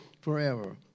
forever